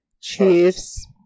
Chiefs